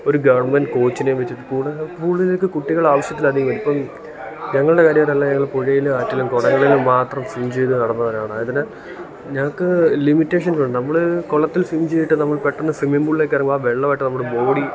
ഒരു ഗവൺമെൻറ്റ് കോച്ചിനെ വെച്ചിട്ട് പൂള് പൂളിലേക്ക് കുട്ടികൾ ആവശ്യത്തിലധികം ഇപ്പം ഞങ്ങളുടെ കാര്യങ്ങളാണേൽ ഞങ്ങൾ പുഴയിലും ആറ്റിലും കുളങ്ങളിലും മാത്രം സ്വിം ചെയ്ത് നടന്നവരാണ് അതിന് ഞങ്ങൾക്ക് ലിമിറ്റേഷൻസൊണ്ട് നമ്മൾ കുളത്തിൽ സ്വിമ്മിങ് ചെയ്തിട്ട് നമ്മൾ പെട്ടന്ന് സ്വിമ്മിങ് പൂളിലേക്കിറങ്ങുക ആ വെള്ളമായിട്ട് നമ്മുടെ ബോഡി